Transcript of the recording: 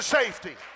safety